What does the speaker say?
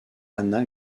ana